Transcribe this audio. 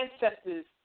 ancestors